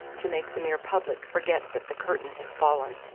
to make the mere public forget that the curtain has fallen.